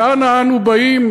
ואנה אנו באים,